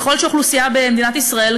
ככל שהאוכלוסייה במדינת ישראל,